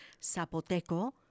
Zapoteco